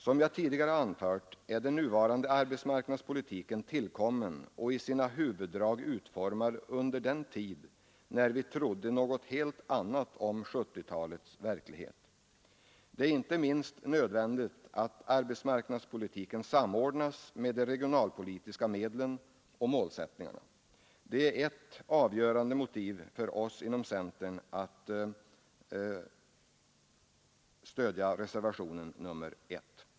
Som jag tidigare anfört är den nuvarande AMS-politiken tillkommen och i sina huvuddrag utformad under den tid när vi trodde något helt annat om 1970-talets verklighet. Det är inte minst nödvändigt att arbetsmarknadspolitiken samordnas med de regionalpolitiska medlen och målsättningarna. Det är ett avgörande motiv för oss inom centern att stödja reservationen 1.